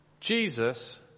Jesus